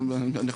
"שוויון",